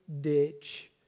ditch